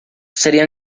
sería